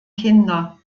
kinder